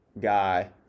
guy